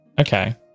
okay